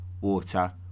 water